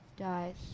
Dies